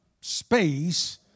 space